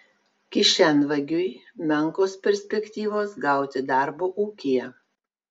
kišenvagiui menkos perspektyvos gauti darbo ūkyje